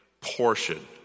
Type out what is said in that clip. portion